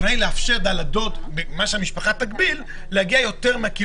למה לא לפתוח בצורה מבוקרת,